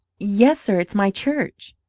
yes, sir, it's my church.